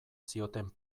zioten